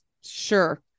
sure